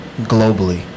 globally